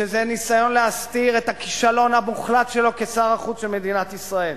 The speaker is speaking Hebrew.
שזה ניסיון להסתיר את הכישלון המוחלט שלו כשר החוץ של מדינת ישראל,